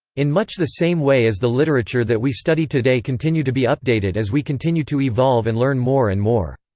in much the same way as the literature that we study today continue to be updated as we continue to evolve and learn more and more.